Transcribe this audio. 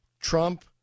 trump